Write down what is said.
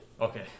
Okay